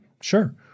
Sure